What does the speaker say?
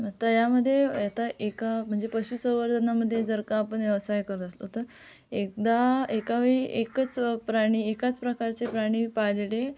आता यामध्ये आता एका म्हणजे पशुसंवर्धनामध्ये जर का आपण व्यवसाय करत असलो तर एकदा एकावेळी एकच प्राणी एकाच प्रकारचे प्राणी पाळलेले